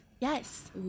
yes